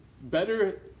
better